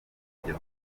buryo